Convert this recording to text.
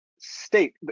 state